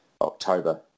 October